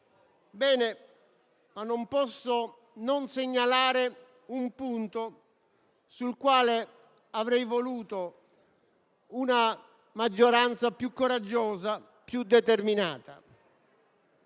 Non posso tuttavia non segnalare un punto sul quale avrei voluto una maggioranza più coraggiosa e più determinata.